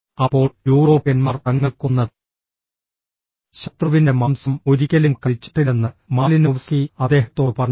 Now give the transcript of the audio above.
അപ്പോൾ യൂറോപ്യന്മാർ തങ്ങൾ കൊന്ന ശത്രുവിന്റെ മാംസം ഒരിക്കലും കഴിച്ചിട്ടില്ലെന്ന് മാലിനോവ്സ്കി അദ്ദേഹത്തോട് പറഞ്ഞു